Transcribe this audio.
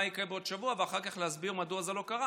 יקרה בעוד שבוע ואחר כך להסביר מדוע זה לא קרה.